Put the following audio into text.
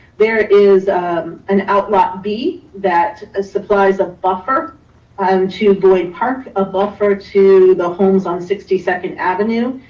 there is an outlet b that supplies, a buffer um to boyd park, a buffer to the homes on sixty second avenue.